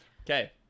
Okay